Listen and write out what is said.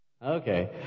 Okay